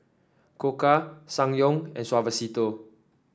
Koka Ssangyong and Suavecito